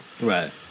Right